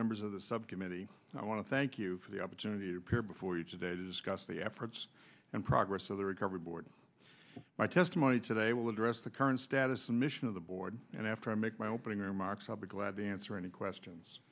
members of the subcommittee and i want to thank you for the opportunity to appear before you today to discuss the efforts and progress of the recovery board my testimony today will address the current status and mission of the board and after i make my opening remarks i'll be glad to answer any questions